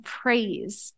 praise